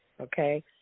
Okay